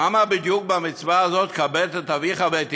למה בדיוק במצווה הזאת, כבד את אביך ואת אמך,